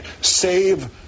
save